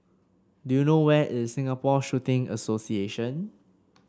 do you know where is Singapore Shooting Association